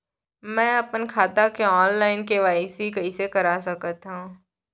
मैं अपन खाता के ऑनलाइन के.वाई.सी कइसे करा सकत हव?